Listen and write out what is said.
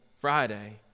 Friday